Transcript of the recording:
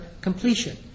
completion